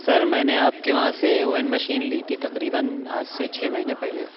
سر میں نے آپ کے وہاں سے اوون مشین لی تھی تقریباً آج سے چھ مہینے پہلے